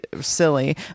silly